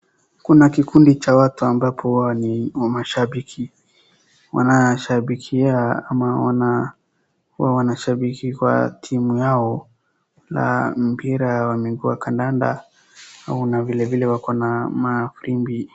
Kuna kikundi cha watu ambao ni mashabiki, wanashabikia ama wanashabiki kwa timu yao, na mpira umekuwa kandanda na kuna vilevile wako na firimbi.